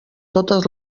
totes